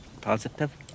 Positive